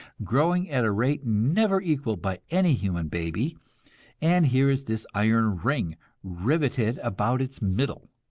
growing at a rate never equalled by any human baby and here is this iron ring riveted about its middle.